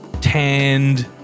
tanned